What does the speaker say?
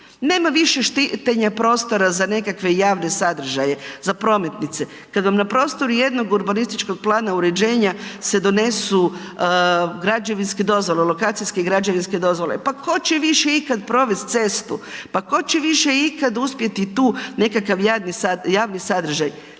nema više štićenja prostora za nekakve javne sadržaje, za prometnice. Kad vam na prostoru jednog urbanističkog plana uređenja se donesu građevinske dozvole, lokacijske građevinske dozvole, pa tko će više ikad provesti cestu, pa tko će više ikad uspjeti tu nekakav javni sadržaj?